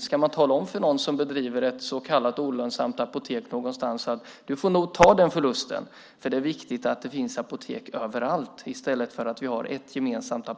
Ska man tala om för någon som bedriver ett så kallat olönsamt apotek att denne nog får ta förlusten för det är viktigt att det finns apotek överallt i stället för att vi har ett gemensamt